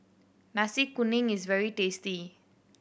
Nasi Kuning is very tasty